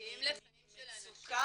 ממצוקה